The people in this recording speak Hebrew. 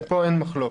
פה אין מחלוקת.